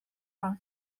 from